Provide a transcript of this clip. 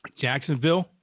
Jacksonville